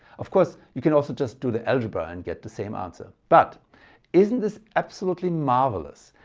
of course you can also just do the algebra and get the same answer. but isn't this absolutely marvellous?